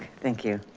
thank you.